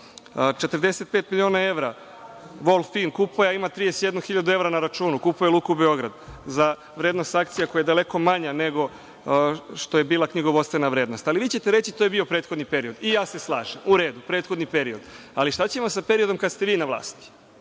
45 miliona evra „Vol fin“ kupuje, a ima 31 hiljadu evra na računu, kupuje „Luku Beograd“ za vrednost akcija koja je daleko manja nego što je bila knjigovodstvena vrednost. Ali, vi ćete reći to je bio prethodni period i ja se slažem. U redu, prethodni period, ali šta ćemo sa periodom kada ste vi na vlasti